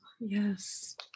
Yes